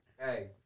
Hey